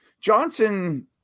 Johnson